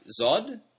Zod